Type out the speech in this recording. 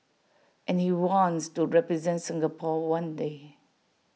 and he wants to represent Singapore one day